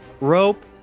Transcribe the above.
rope